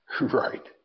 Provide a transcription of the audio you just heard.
Right